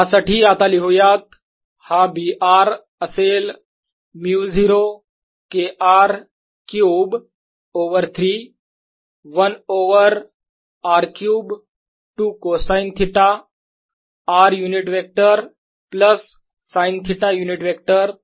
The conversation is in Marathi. त्यासाठी आता लिहूयात हा B r असेल μ0 K r cube over 3 1 over R cube 2 cosine theta r unit vector plus sine theta unit vector